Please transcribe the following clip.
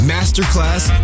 Masterclass